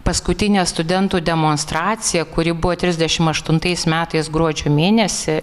paskutinę studentų demonstraciją kuri buvo trisdešimt aštuntais metais gruodžio mėnesį